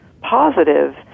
positive